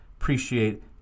Appreciate